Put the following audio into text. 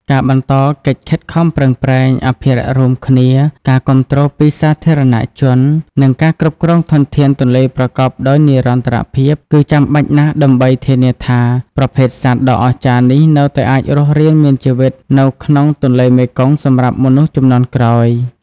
ការបន្តកិច្ចខិតខំប្រឹងប្រែងអភិរក្សរួមគ្នា ការគាំទ្រពីសាធារណជន និងការគ្រប់គ្រងធនធានទន្លេប្រកបដោយនិរន្តរភាពគឺចាំបាច់ណាស់ដើម្បីធានាថាប្រភេទសត្វដ៏អស្ចារ្យនេះនៅតែអាចរស់រានមានជីវិតនៅក្នុងទន្លេមេគង្គសម្រាប់មនុស្សជំនាន់ក្រោយ។